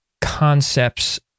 concepts